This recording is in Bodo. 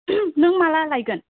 नों माला लायगोन